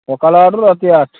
ସକାଳ ଆଠରୁ ରାତି ଆଠ